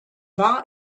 war